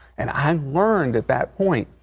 and i learned at that point,